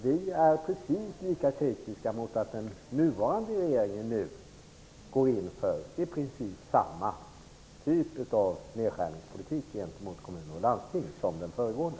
Vi är alltså precis lika kritiska mot att den nuvarande regeringen går in för i princip samma typ av nedskärningspolitik gentemot kommuner och landsting som den föregående.